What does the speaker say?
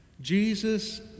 JESUS